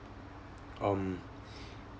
um